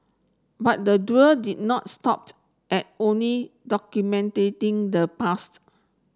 but the duo did not stopped at only the past